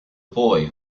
boy